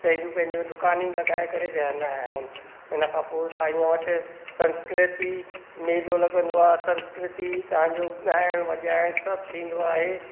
पंहिजियूं पंहिजियूं दुकानियूं लॻाए करे विहंदा आहिनि इन खां पोइ साईंअ वटि संस्कृति मेलो लॻंदो आहे संस्कृति तव्हांजो ॻाइण वॼाइण सभु थींदो आहे